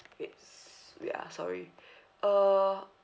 wait s~ wait ah sorry uh